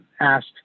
asked